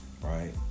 right